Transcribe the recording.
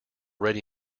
ready